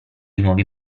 nuovi